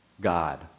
God